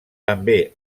també